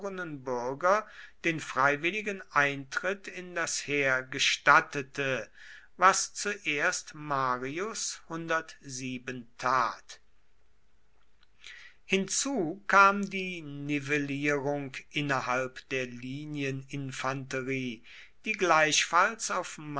bürger den freiwilligen eintritt in das heer gestattete was zuerst marius tat hierzu kam die nivellierung innerhalb der linieninfanterie die gleichfalls auf